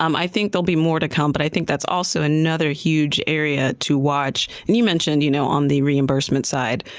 um i think there'll be more to come. but i think that's also another huge area to watch. and you mentioned you know on on the reimbursement side.